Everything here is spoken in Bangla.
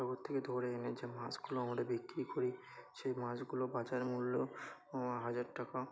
সাগর থেকে ধরে এনে যে মাছগুলো আমরা বিক্রি করি সেই মাছগুলোর বাজারমূল্য হাজার টাকা